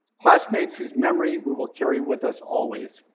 classmates whose memory we will carry with us always